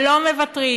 שלא מוותרים.